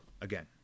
again